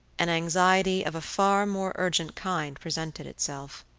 an anxiety of a far more urgent kind presented itself.